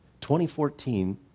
2014